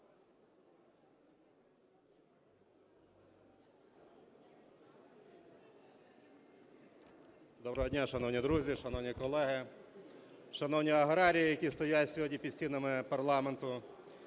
Доброго дня, шановні друзі, шановні колеги, шановні аграрії, які стоять сьогодні під стінами парламенту!